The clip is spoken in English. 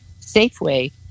Safeway